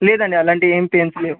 లేదండి అలాంటివేం పెయిన్స్ లేవు